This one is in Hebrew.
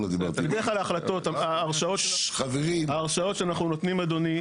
בדרך כלל ההרשאות שאנחנו נותנים אדוני,